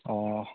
অঁ